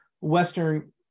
Western